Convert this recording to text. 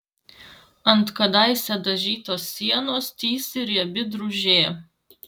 ant kadaise dažytos sienos tįsi riebi drūžė